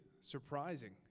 surprising